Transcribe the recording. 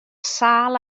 sâl